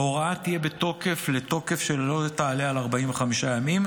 ההוראה תהיה בתוקף לתקופה שלא יעלה על 45 ימים,